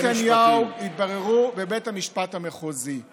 תיקי נתניהו יתבררו בבית המשפט המחוזי.